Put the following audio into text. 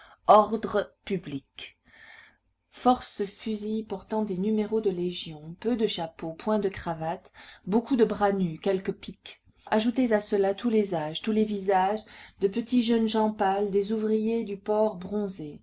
ordre public force fusils portant des numéros de légions peu de chapeaux point de cravates beaucoup de bras nus quelques piques ajoutez à cela tous les âges tous les visages de petits jeunes gens pâles des ouvriers du port bronzés